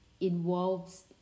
involves